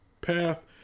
path